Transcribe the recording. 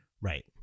Right